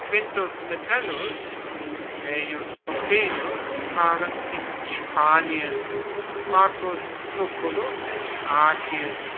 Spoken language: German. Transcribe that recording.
quintus metellus und gnaeus pompeius waren in spanien marcus lucullus in thrakien